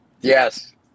Yes